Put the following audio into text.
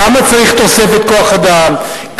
כמה תוספת כוח-אדם צריך?